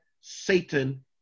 Satan